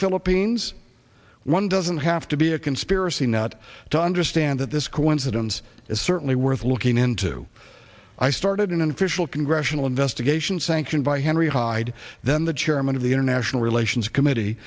philippines one doesn't have to be a conspiracy nut to understand that this coincidence is certainly worth looking into i started an official congressional investigation sanctioned by henry hyde then the chairman of the international relations committee